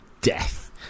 death